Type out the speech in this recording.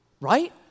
Right